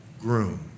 groom